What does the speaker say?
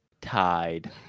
tied